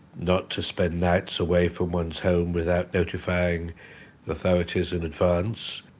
not to spend nights away from one's home without notifying authorities in advance,